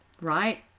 right